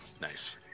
nice